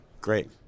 Great